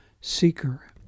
Seeker